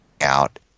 out